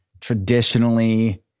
traditionally